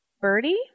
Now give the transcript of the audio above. Birdie